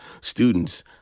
students